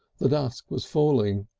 the dusk was falling,